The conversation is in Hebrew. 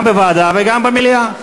גם בוועדה וגם במליאה.